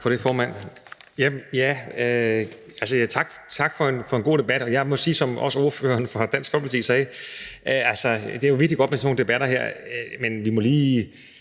Tak for det, formand. Tak for en god debat. Jeg må sige, som også ordføreren fra Dansk Folkeparti sagde, at det virkelig er godt med sådan nogle debatter her, men nu er det